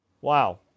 Wow